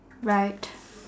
right